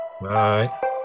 Bye